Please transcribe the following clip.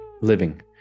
living